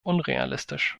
unrealistisch